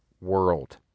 world